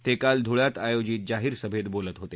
ते काल धुळ्यात आयोजित जाहीर सभेत बोलत होते